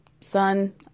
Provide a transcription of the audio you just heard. son